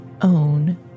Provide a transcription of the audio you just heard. own